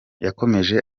yakomeje